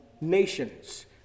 nations